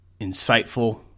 insightful –